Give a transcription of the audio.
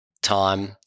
time